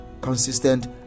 consistent